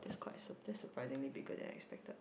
that's quite that's surprisingly bigger than I expected